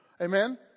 Amen